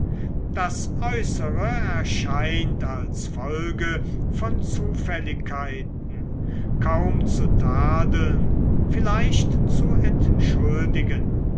das äußere erscheint als folge von zufälligkeiten kaum zu tadeln vielleicht zu entschuldigen